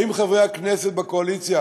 האם חברי הכנסת בקואליציה,